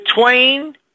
twain